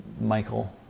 Michael